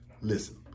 Listen